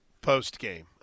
post-game